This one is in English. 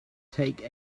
take